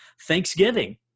Thanksgiving